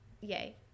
yay